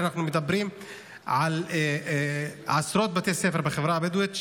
אנחנו מדברים על עשרות בתי ספר בחברה הבדואית,